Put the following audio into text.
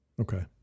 Okay